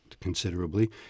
considerably